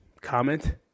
comment